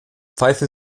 pfeifen